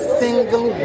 single